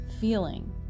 feeling